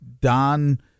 Don